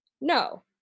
no